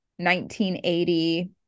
1980